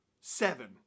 seven